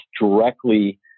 directly